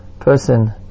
person